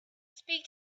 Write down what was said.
speak